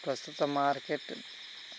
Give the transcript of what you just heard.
ప్రస్తుత మార్కెట్